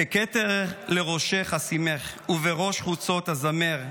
ככתר לראשך אשימך / ובראש חוצות אזמר,